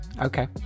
okay